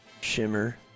Shimmer